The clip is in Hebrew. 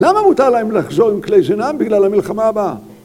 למה מותר להם לחזור עם כלי זינם בגלל המלחמה הבאה?